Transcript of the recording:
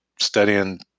studying